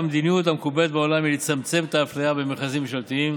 המדיניות המקובלת בעולם היא לצמצם את האפליה במכרזים ממשלתיים